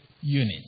unit